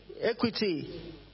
Equity